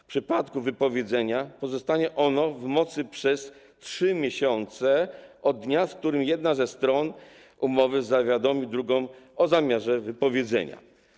W przypadku wypowiedzenia porozumienia pozostanie ono w mocy przez 3 miesiące od dnia, w którym jedna ze stron umowy zawiadomi drugą o zamiarze wypowiedzenia.